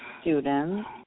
students